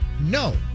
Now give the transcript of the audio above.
No